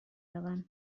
روم